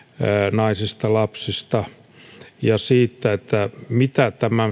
naisista lapsista ja siitä mitä tämän